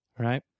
Right